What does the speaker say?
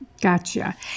Gotcha